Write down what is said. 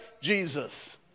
Jesus